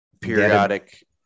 periodic